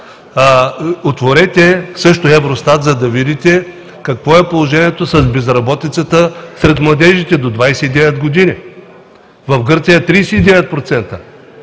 Отворете също Евростат, за да видите какво е положението с безработицата сред младежите до 29 години. В Гърция е 39%,